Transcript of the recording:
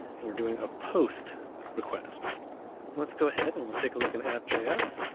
and we're doing a post request, and let's go ahead, and we'll take a look in app js,